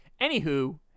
Anywho